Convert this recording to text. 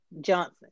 Johnson